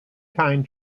kind